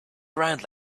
around